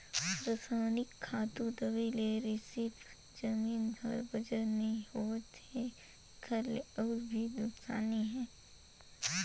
रसइनिक खातू, दवई ले सिरिफ जमीन हर बंजर नइ होवत है एखर ले अउ भी नुकसानी हे